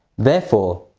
therefore,